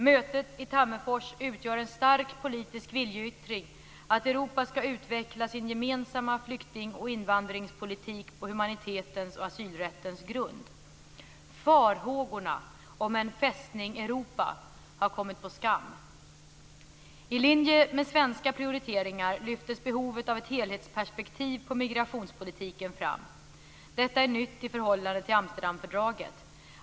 Mötet i Tammerfors utgör en stark politisk viljeyttring att Europa ska utveckla sin gemensamma flykting och invandringspolitik på humanitetens och asylrättens grund. Farhågorna om en "Fästning Europa" har kommit på skam. I linje med svenska prioriteringar lyftes behovet av ett helhetsperspektiv på migrationspolitiken fram. Detta är nytt i förhållande till Amsterdamfördraget.